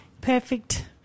Perfect